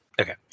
Okay